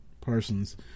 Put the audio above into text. Parsons